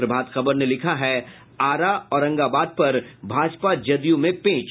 प्रभात खबर ने लिखा है आरा औरंगाबाद पर भाजपा जदयू में पेंच